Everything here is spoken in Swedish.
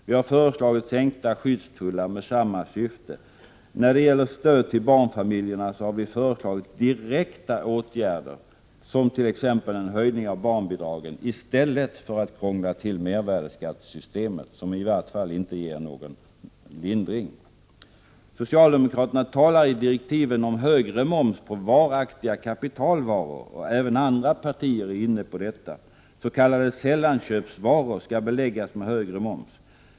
Vi har föreslagit sänkta skyddstullar med samma syfte. När det gäller stöd till barnfamiljerna har vi föreslagit direkta åtgärder, som en höjning av barnbidragen, i stället för att krångla till mervärdeskattesystemet, som ändå inte ger någon lindring. Socialdemokraterna talar i direktiven om högre moms på varaktiga kapitalvaror, och även andra partier är inne på detta. S.k. sällanköpsvaror skall beläggas med högre moms.